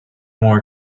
more